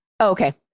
okay